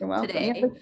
today